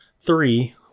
three